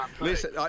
listen